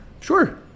Sure